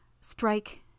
strike